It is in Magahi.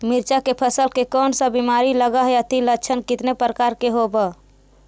मीरचा के फसल मे कोन सा बीमारी लगहय, अती लक्षण कितने प्रकार के होब?